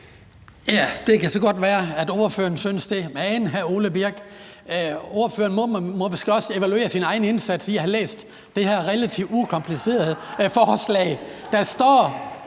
Det kan så godt være, at ordføreren synes det, men han må måske også evaluere sin egen indsats i forhold til at have læst det her relativt ukomplicerede forslag. Der står